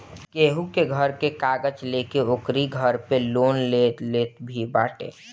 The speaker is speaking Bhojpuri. केहू के घर के कागज लेके ओकरी घर पे लोन भी लोग ले लेत बाटे